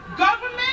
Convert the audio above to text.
Government